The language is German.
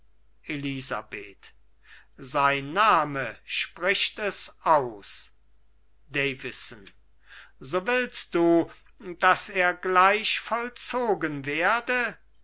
elisabeth sein name spricht es aus davison so willst du daß er gleich vollzogen werde